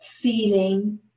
feeling